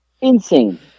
Insane